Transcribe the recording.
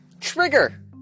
trigger